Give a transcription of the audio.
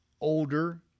older